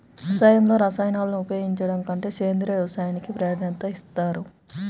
వ్యవసాయంలో రసాయనాలను ఉపయోగించడం కంటే సేంద్రియ వ్యవసాయానికి ప్రాధాన్యత ఇస్తారు